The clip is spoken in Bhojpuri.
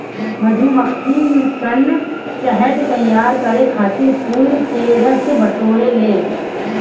मधुमक्खी सन शहद तैयार करे खातिर फूल के रस बटोरे ले